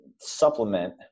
supplement